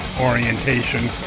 orientation